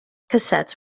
cassettes